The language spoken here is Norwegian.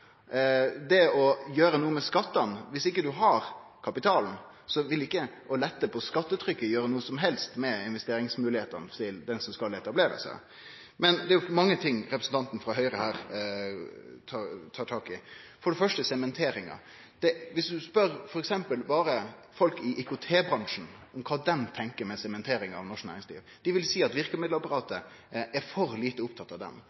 det å gjere noko med skattane: Dersom ein ikkje har kapital, vil ikkje det å lette på skattetrykket gjere noko som helst med investeringsmoglegheitene til den som skal etablere seg. Men det er jo mange ting representanten frå Høgre her tar tak i – for det første sementeringa. Dersom ein spør f.eks. berre folk i IKT-bransjen om kva dei tenkjer med omsyn til sementering av norsk næringsliv, vil dei seie at verkemiddelapparatet er for lite opptatt av dei.